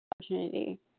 opportunity